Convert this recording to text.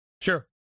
Sure